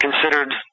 considered –